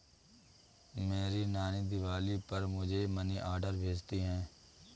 मेरी नानी दिवाली पर मुझे मनी ऑर्डर भेजती है